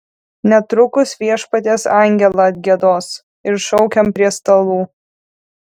netrukus viešpaties angelą atgiedos ir šaukiam prie stalų